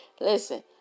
listen